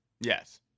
Yes